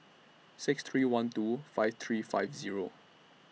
six three one two five three five Zero